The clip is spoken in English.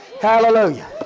Hallelujah